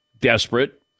desperate